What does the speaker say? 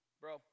bro